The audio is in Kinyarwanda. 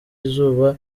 izuba